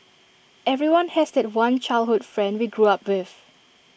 everyone has that one childhood friend we grew up with